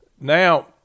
Now